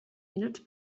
minuts